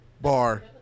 Bar